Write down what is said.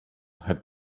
had